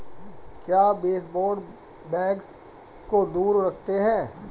क्या baseboard bugs को दूर रखते हैं?